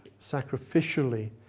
sacrificially